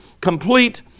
complete